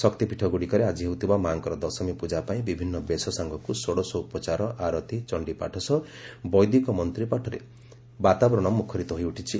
ଶକ୍ତି ପୀଠଗୁଡ଼ିକରେ ଆକି ହେଉଥିବା ମା'ଙ୍କର ଦଶମୀ ପୂଜା ପାଇଁ ବିଭିନ୍ ବେଶ ସାଙ୍ଗକୁ ଷୋଡ଼ଶ ଉପଚାର ଆରତୀ ଚଣ୍ଡିପାଠ ସହ ବୈଦିକ ମନ୍ତପାଠରେ ବାତାବରଣ ମୁଖରିତ ହୋଇଉଠିଛି